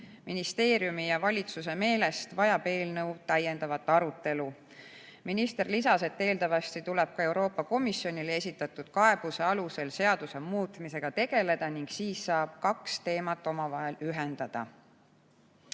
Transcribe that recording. ministeeriumi ja valitsuse meelest vajab eelnõu täiendavat arutelu. Minister lisas, et eeldatavasti tuleb ka Euroopa Komisjonile esitatud kaebuse alusel seaduse muutmisega tegeleda ning siis saab kaks teemat omavahel ühendada.